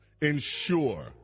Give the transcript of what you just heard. ensure